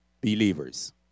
Believers